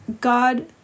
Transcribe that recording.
God